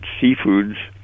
seafoods